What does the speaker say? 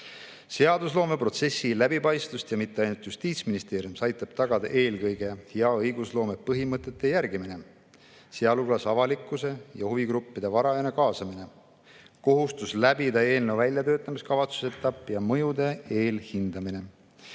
Seadusloomeprotsessi läbipaistvust – ja mitte ainult Justiitsministeeriumis – aitab tagada eelkõige hea õigusloome põhimõtete järgimine, sealhulgas avalikkuse ja huvigruppide varajane kaasamine, kohustus läbida eelnõu väljatöötamiskavatsuse etapp ja mõjude eelhindamine.